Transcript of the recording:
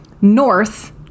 north